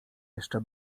jeszcze